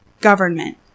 government